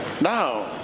now